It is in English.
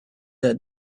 had